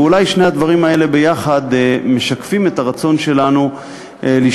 ואולי שני הדברים האלה יחד משקפים את הרצון שלנו לשמור